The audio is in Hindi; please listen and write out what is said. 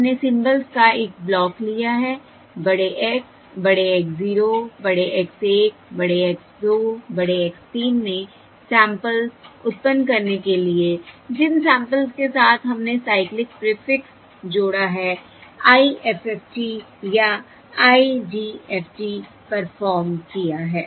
जहाँ हमने सिंबल्स का एक ब्लॉक लिया है बड़े X बड़े X 0 बड़े X 1 बड़े X 2 बड़े X 3 ने सैंपल्स उत्पन्न करने के लिए जिन सैंपल्स के साथ हमने साइक्लिक प्रीफिक्स जोड़ा है IFFT या IDFT परफॉर्म किया